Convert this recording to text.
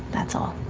that's all.